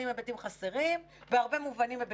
החל מהקיץ יהיו חסרים 35 שגרירים נוספים.